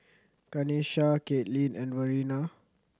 Kanesha Caitlin and Verena